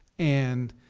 and,